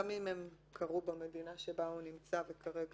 גם אם הן קרו במדינה שבה הוא נמצא וכרגע